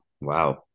Wow